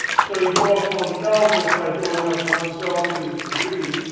so you go up one kelvin, it's like going up one celsius degree,